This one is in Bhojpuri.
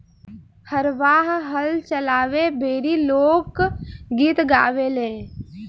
हरवाह हल चलावे बेरी लोक गीत गावेले